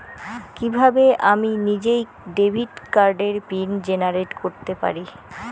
কিভাবে আমি নিজেই ডেবিট কার্ডের পিন জেনারেট করতে পারি?